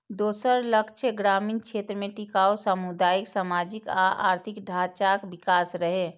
दोसर लक्ष्य ग्रामीण क्षेत्र मे टिकाउ सामुदायिक, सामाजिक आ आर्थिक ढांचाक विकास रहै